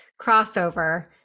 crossover